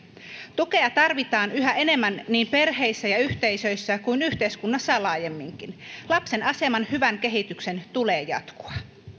tukea tarvitaan yhä enemmän niin perheissä ja yhteisöissä kuin yhteiskunnassa laajemminkin lapsen aseman hyvän kehityksen tulee jatkua